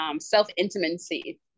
self-intimacy